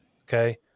Okay